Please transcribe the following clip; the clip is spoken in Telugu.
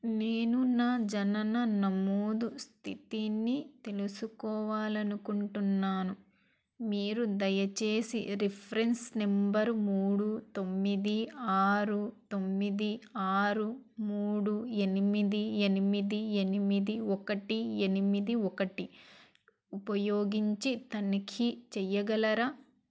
నేను నా జనన నమోదు స్థితిని తెలుసుకోవాలి అనుకుంటున్నాను మీరు దయచేసి రిఫ్రెన్స్ నెంబరు మూడు తొమ్మిది ఆరు తొమ్మిది ఆరు మూడు ఎనిమిది ఎనిమిది ఎనిమిది ఒకటి ఎనిమిది ఒకటి ఉపయోగించి తనిఖీ చెయ్యగలరా